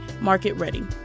market-ready